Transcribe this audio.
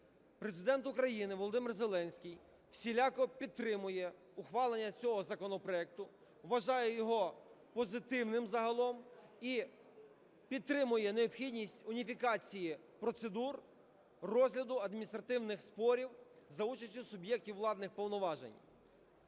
Президент України Володимир Зеленський всіляко підтримує ухвалення цього законопроекту, вважає його позитивним загалом і підтримує необхідність уніфікації процедур розгляду адміністративних спорів за участі суб'єктів владних повноважень.